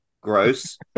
gross